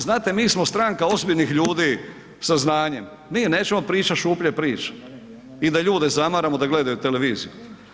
Znate, mi smo stranka ozbiljnih ljudi sa znanjem, mi nećemo pričat šuplje priče i da ljude zamaramo da gledaju televiziju.